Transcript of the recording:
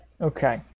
Okay